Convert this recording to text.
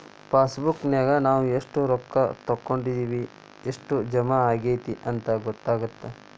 ಪಾಸಬುಕ್ನ್ಯಾಗ ನಾವ ಎಷ್ಟ ರೊಕ್ಕಾ ತೊಕ್ಕೊಂಡಿವಿ ಎಷ್ಟ್ ಜಮಾ ಆಗೈತಿ ಅಂತ ಗೊತ್ತಾಗತ್ತ